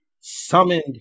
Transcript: summoned